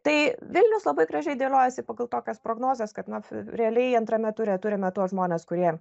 tai vilnius labai gražiai dėliojasi pagal tokias prognozes kad na realiai antrame ture turime tuos žmones kurie